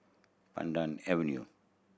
Pandan Avenue